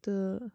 تہٕ